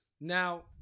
Now